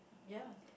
ya